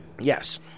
Yes